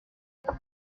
route